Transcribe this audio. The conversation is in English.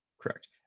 Correct